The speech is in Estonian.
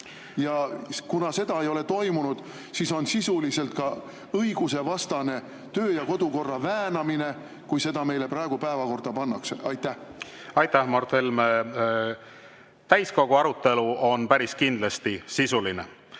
Ja kuna seda ei ole toimunud, siis on sisuliselt õigusvastane töö- ja kodukorra väänamine, kui see [eelnõu] meile praegu päevakorda pannakse. Aitäh, Mart Helme! Täiskogu arutelu on päris kindlasti sisuline.